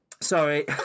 Sorry